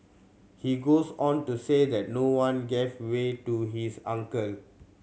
he goes on to say that no one gave way to his uncle